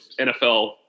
NFL